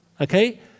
Okay